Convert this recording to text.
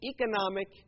economic